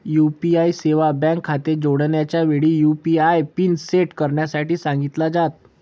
UPI सेवा bank खाते जोडण्याच्या वेळी, यु.पी.आय पिन सेट करण्यासाठी सांगितल जात